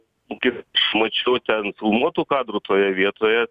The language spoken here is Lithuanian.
kiek aš mačiau ten filmuotų kadrų toje vietoje